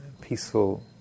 peaceful